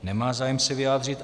Nemá zájem se vyjádřit.